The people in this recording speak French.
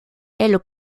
elles